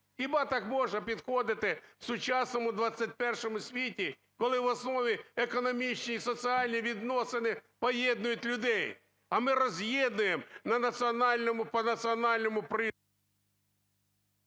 Хіба так можна підходити в сучасному ХХІ світі, коли в основі економічні і соціальні відносини поєднують людей, а ми роз'єднуємо на національному… по національному…